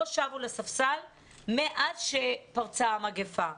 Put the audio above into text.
ולא שבו לספסל הלימודים מאז שפרצה המגפה.